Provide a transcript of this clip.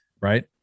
right